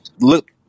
Look